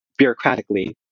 bureaucratically